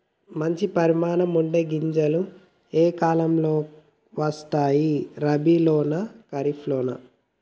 మంచి పరిమాణం ఉండే గింజలు ఏ కాలం లో వస్తాయి? రబీ లోనా? ఖరీఫ్ లోనా?